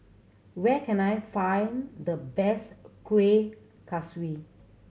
where can I find the best Kueh Kaswi